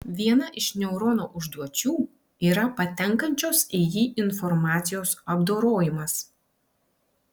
viena iš neurono užduočių yra patenkančios į jį informacijos apdorojimas